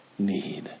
need